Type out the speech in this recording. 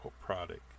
product